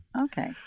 Okay